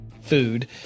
food